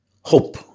hope